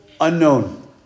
unknown